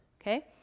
okay